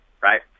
right